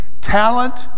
talent